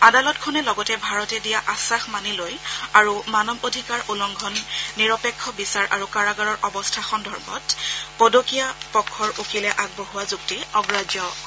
আদালতখনে লগতে ভাৰতে দিয়া আশ্বাস মানি লৈ আৰু মানৱ অধিকাৰ উলংঘন নিৰপেক্ষ বিচাৰ আৰু কাৰাগাৰৰ অৱস্থা সন্দৰ্ভত পদকীয়া পক্ষৰ উকিলে আগবঢ়োৱা যুক্তি অগ্ৰাহ্য কৰে